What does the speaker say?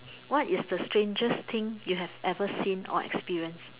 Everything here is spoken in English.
what is the strangest thing you have ever seen or experienced